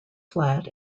flat